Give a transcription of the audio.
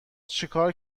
چیکار